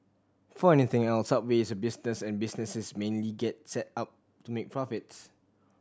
before anything else Subway is a business and businesses mainly get set up to make profits